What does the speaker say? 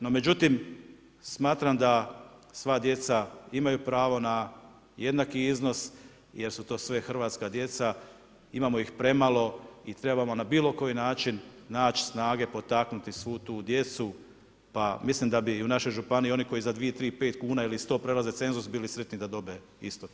No, međutim, smatram da sva djeca imaju pravo na jednaki iznos jer su to sve hrvatska djeca, imamo ih premalo i trebamo na bilo koji način naći snage, potaknuti svu tu djecu pa mislim da bi i u našoj županiji oni koji za 2, 3, 5 kuna ili 100 prelaze cenzus bili sretni da dobiju isto to.